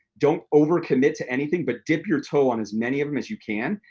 don't over-commit to anything but dip your toe on as many of em as you can.